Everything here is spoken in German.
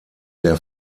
der